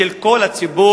של כל הציבור,